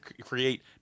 create